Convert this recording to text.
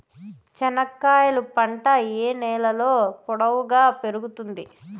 చెనక్కాయలు పంట ఏ నేలలో పొడువుగా పెరుగుతుంది?